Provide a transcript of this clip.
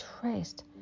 traced